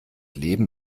leben